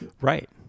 Right